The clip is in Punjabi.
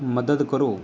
ਮਦਦ ਕਰੋ